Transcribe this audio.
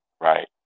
right